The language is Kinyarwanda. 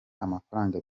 amafaranga